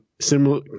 similar